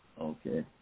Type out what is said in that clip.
Okay